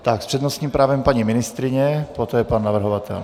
S přednostním právem paní ministryně, poté pan navrhovatel.